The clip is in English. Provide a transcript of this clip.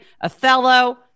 Othello